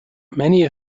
many